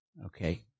Okay